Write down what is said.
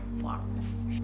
forms